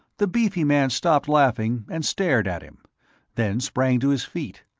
the beefy man stopped laughing and stared at him then sprang to his feet.